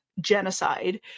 genocide